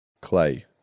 clay